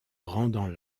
rendant